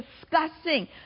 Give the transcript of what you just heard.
discussing